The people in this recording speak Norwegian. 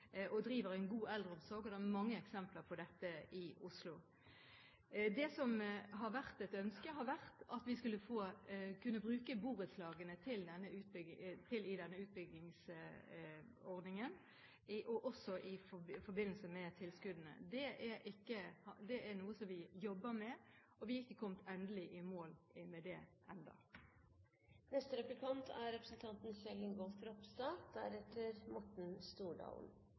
er mange eksempler på dette i Oslo. Det som har vært et ønske, er at vi skulle kunne bruke borettslagene i denne utbyggingsordningen, også i forbindelse med tilskuddene. Det er noe som vi jobber med, og vi er ikke kommet endelig i mål med det ennå. Kristeleg Folkeparti er